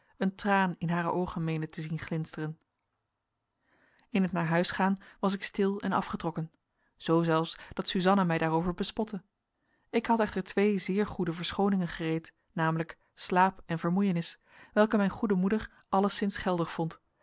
een traan in hare oogen meende te zien glinsteren in het naar huis gaan was ik stil en afgetrokken zoo zelfs dat suzanna mij daarover bespotte ik had echter twee zeer goede verschooningen gereed namelijk slaap en vermoeienis welke mijn goede moeder alleszins geldig vond